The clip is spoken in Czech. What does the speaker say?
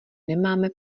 nemáme